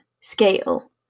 scale